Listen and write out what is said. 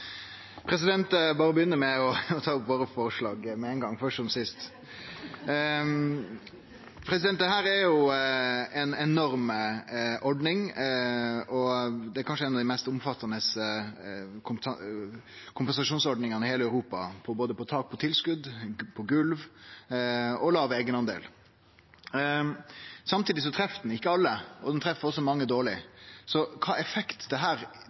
til. Eg begynner med å ta opp forslaga våre, først som sist. Dette er jo ei enorm ordning, og det er kanskje ei av dei mest omfattande kompensasjonsordningane i heile Europa, både når det gjeld golv og tak på tilskot, og når det gjeld låg eigendel. Samtidig treffer ho ikkje alle, og ho treffer også mange dårleg. Kva effekt